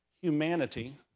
humanity